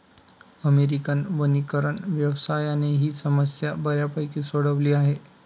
American वनीकरण व्यवसायाने ही समस्या बऱ्यापैकी सोडवली आहे